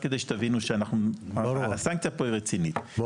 כדי שתבינו שהסנקציה פה היא רצינית,